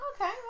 okay